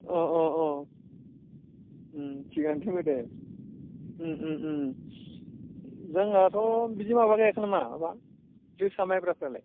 अ अ अ अ थिगानो दङ दे जोंनाथ' बिदि माबा गायाखै नामा माबा जोसा माइब्राफ्रालाय